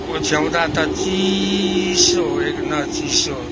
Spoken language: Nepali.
ओछ्याउँदा त चिसो न चिसो